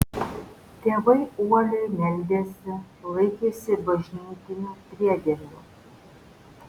tėvai uoliai meldėsi laikėsi bažnytinių priedermių